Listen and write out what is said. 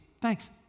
Thanks